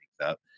up